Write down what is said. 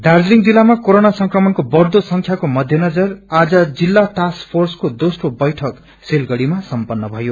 दार्जीलिङ जिल्लामा क्रेरोना संक्रमणको बढ़दो संख्याको मध्यनजर आज जिल्ला टास्क फॉसको दोम्रो बैठक सिलगड़ीमा सम्पन्न भयो